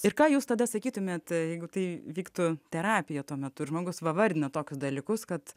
ir ką jūs tada sakytumėt jeigu tai vyktų terapija tuo metu ir žmogus va vardina tokius dalykus kad